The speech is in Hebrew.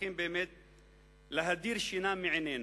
שצריכות להדיר שינה מעינינו.